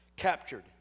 Captured